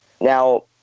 Now